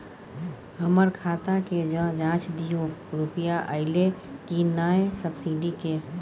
हमर खाता के ज जॉंच दियो रुपिया अइलै की नय सब्सिडी के?